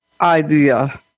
idea